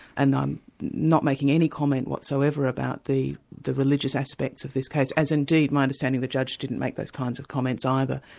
and i'm not making any comment whatsoever about the the religious aspects of this case, as indeed, to my understanding the judge didn't make those kinds of comments either.